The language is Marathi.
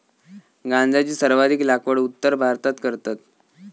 गांजाची सर्वाधिक लागवड उत्तर भारतात करतत